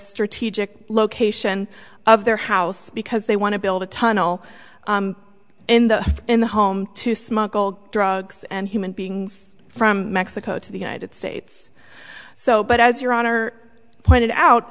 strategic location of their house because they want to build a tunnel in the in the home to smuggle drugs and human beings from mexico to the united states so but as your honor pointed out